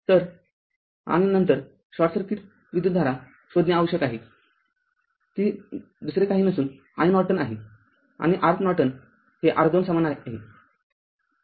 तरआणि नंतर short circuit विद्युतधारा iSC शोधणे आवश्यक आहे ती दुसरे काही नसून iNorton आहे आणि R Norton हे R२ समान आहे